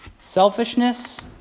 selfishness